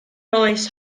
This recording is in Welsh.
oes